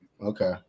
Okay